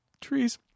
trees